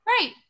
Right